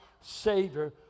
Savior